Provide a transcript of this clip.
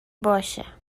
باشه